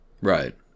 right